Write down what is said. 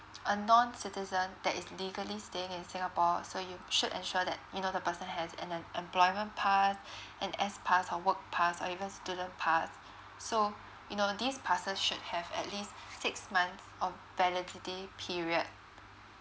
a non citizen that is legally staying in singapore so you should ensure that you know the person has an em~ employment pass an S pass or work pass or even student pass so you know these passes should have at least six months of validity period